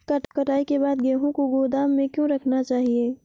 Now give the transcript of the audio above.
कटाई के बाद गेहूँ को गोदाम में क्यो रखना चाहिए?